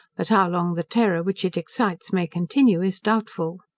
but how long the terror which it excites may continue is doubtful.